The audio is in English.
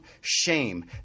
shame